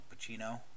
Pacino